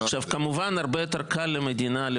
כמובן שלמדינה הרבה יותר קל לעודד